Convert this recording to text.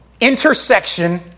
intersection